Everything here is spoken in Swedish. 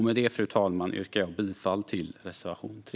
Med det, fru talman, yrkar jag bifall till reservation 3.